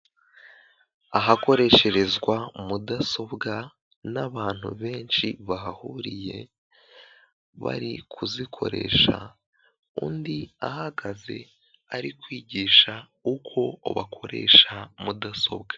Ahakoresherezwa mudasobwa n'abantu benshi bahahuriye bari kuzikoresha undi ahagaze ari kwigisha uko bakoresha mudasobwa.